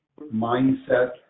mindset